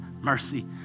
mercy